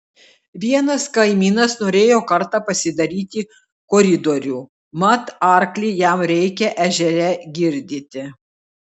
vienas kaimynas norėjo kartą pasidaryti koridorių mat arklį jam reikia ežere girdyti